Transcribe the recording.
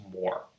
more